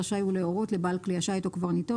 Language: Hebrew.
רשאי הוא להורות לבעל כלי השיט או קברניטו,